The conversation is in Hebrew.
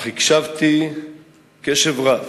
אך הקשבתי קשב רב